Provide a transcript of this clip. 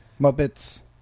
Muppets